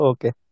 Okay